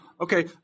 Okay